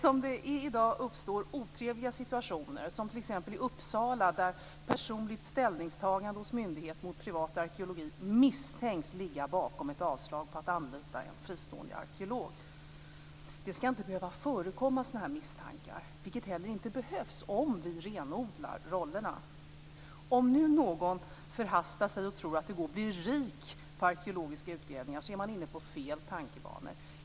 Som det är i dag uppstår det otrevliga situationer som t.ex. i Uppsala där ett personligt ställningstagande hos en myndighet mot privat arkeologi misstänks ligga bakom ett avslag på att anlita en fristående arkeolog. Det skall inte behöva förekomma misstankar av den här typen, vilket inte heller behövs om man renodlar rollerna. Om nu någon förhastat tror att det går att bli rik på arkeologiska utgrävningar är man inne på fel tankegångar.